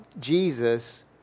Jesus